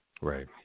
Right